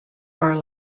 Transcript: are